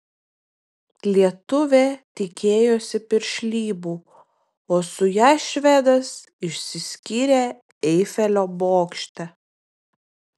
lietuvė tikėjosi piršlybų o su ja švedas išsiskyrė eifelio bokšte